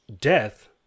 death